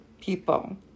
People